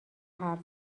حرف